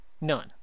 None